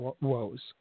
woes